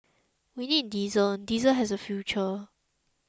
we need diesel diesel has a future